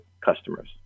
customers